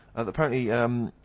apparently, em,